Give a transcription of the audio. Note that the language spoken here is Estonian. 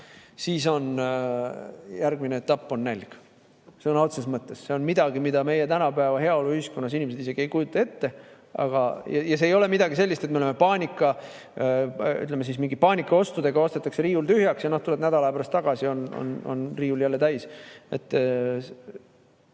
siis järgmine etapp on nälg sõna otseses mõttes. See on midagi, mida meie tänapäeva heaoluühiskonnas inimesed isegi ei kujuta ette. Ja see ei ole midagi sellist, et meil on paanika, ütleme, et paanikaostudega ostetakse riiul tühjaks, aga tuled nädala pärast tagasi ja riiul on jälle täis.